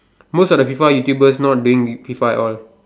most of the FIFA YouTubers not doing FIFA at all